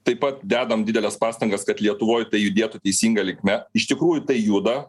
taip pat dedam dideles pastangas kad lietuvoj tai judėtų teisinga linkme iš tikrųjų tai juda